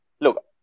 Look